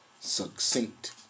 succinct